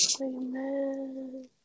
Amen